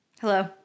hello